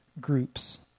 groups